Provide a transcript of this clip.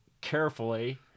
carefully